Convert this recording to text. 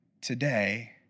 today